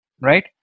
right